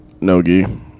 Nogi